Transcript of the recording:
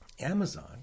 Amazon